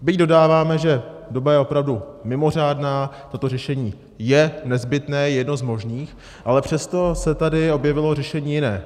Byť dodáváme, že doba je opravdu mimořádná, toto řešení je nezbytné, je jedno z možných, ale přesto se tady objevilo řešení jiné.